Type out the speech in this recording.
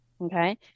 Okay